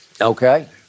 Okay